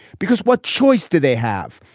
because what choice did they have?